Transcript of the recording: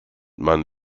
man